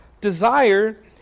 Desire